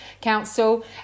council